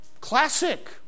classic